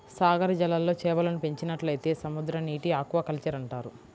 సాగర జలాల్లో చేపలను పెంచినట్లయితే సముద్రనీటి ఆక్వాకల్చర్ అంటారు